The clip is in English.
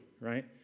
right